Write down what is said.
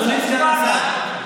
צא, צא.